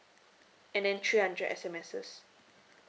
and then three hundred S_M_S